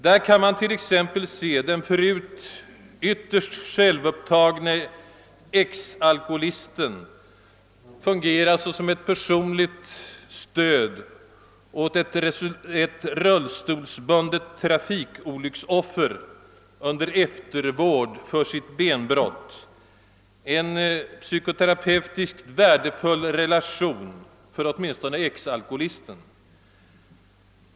Där kan man t.ex. se den förut självupptagne exalkoholisten fungera såsom ett personligt stöd åt ett rullstolsbundet tra fikolycksfallsoffer under eftervård för benbrott — en psykoterapeutiskt värdefull relation åtminstone för exalkoholisten.